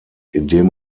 indem